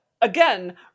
again